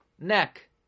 neck